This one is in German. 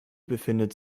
befindet